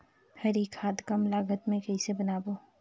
हरी खाद कम लागत मे कइसे बनाबो?